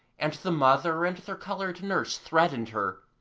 and the mother and their coloured nurse threatened her,